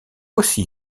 aussi